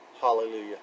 hallelujah